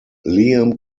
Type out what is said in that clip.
liam